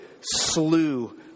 slew